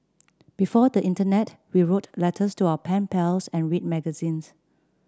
before the internet we wrote letters to our pen pals and read magazines